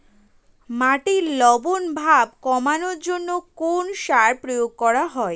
মাটির লবণ ভাব কমানোর জন্য কোন সার প্রয়োগ করা হয়?